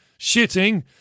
shitting